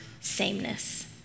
sameness